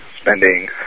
spending